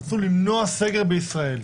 רצו למנוע סגר בישראל.